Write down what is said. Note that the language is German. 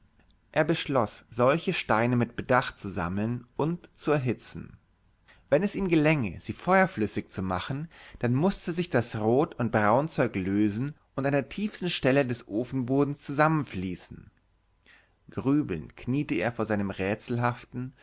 er beschloß solche steine mit bedacht zu sammeln und zu erhitzen wenn es ihm gelänge sie feuerflüssig zu machen dann mußte sich das rot und braunzeug lösen und an der tiefsten stelle des ofenbodens zusammenfließen grübelnd kniete er vor seinem rätselhaften